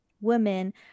women